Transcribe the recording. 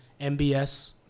MBS